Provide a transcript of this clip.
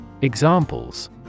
Examples